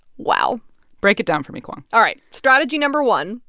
wow break it down for me, kwong all right. strategy no. one,